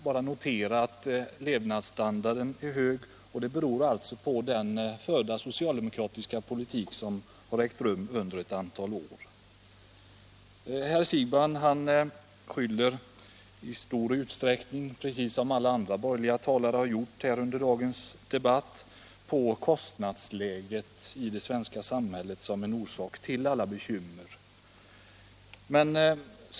Ja, levnadsstandarden är hög, och det beror på den socialdemokratiska politik som förts under ett antal år. Herr Siegbahn anför — precis som alla andra borgerligare talare gjort under dagens debatt — på det hela taget kostnadsläget som orsak till de bekymmer vi har.